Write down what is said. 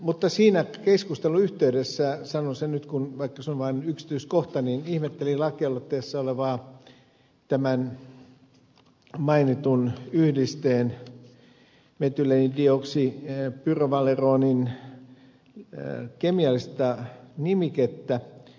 mutta siinä keskustelun yhteydessä sanon sen nyt vaikka se on vain yksityiskohta ihmettelin lakialoitteessa olevaa tämän mainitun yhdisteen metyleenidioksipyrovaleronin kemiallista nimikettä